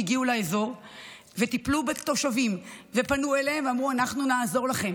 שהגיעו לאזור וטיפלו בתושבים ופנו אליהם ואמרו: אנחנו נעזור לכם.